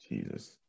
Jesus